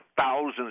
thousands